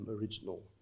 original